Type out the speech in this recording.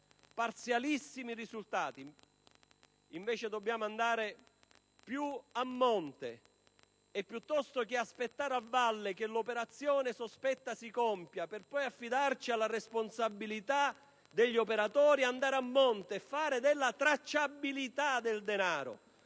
pochissimi risultati e molto parziali. Piuttosto che aspettare a valle che l'operazione sospetta si compia per poi affidarci alla responsabilità degli operatori, dobbiamo andare a monte e fare della tracciabilità del denaro